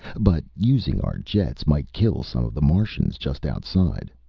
but using our jets might kill some of the martians just outside.